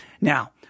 Now